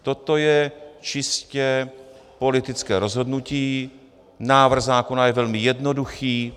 Toto je čistě politické rozhodnutí, návrh zákona je velmi jednoduchý.